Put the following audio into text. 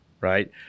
right